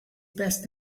best